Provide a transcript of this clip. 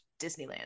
Disneyland